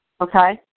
Okay